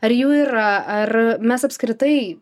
ar jų yra ar mes apskritai